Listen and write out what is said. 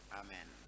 amen